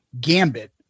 gambit